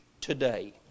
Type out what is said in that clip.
today